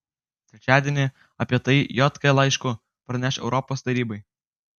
trečiadienį apie tai jk laišku praneš europos tarybai